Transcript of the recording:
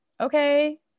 Okay